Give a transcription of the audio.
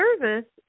service